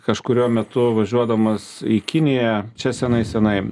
kažkuriuo metu važiuodamas į kiniją čia senai senai